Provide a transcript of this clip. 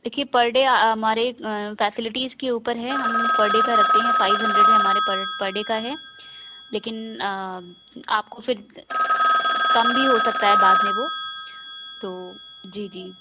دیکھیے per day ہمارے facilities کے اُوپر ہے ہم پر ڈے کا رکھتے ہیں فائیو ہنڈریڈ ہے ہمارے پر ڈے کا ہے لیکن آپ کو پھر کم بھی ہوسکتا ہے بعد میں وہ تو جی جی